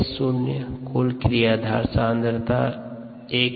S0 कुल क्रियाधार सांद्रता है